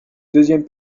deuxième